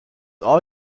all